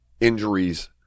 Injuries